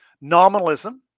Nominalism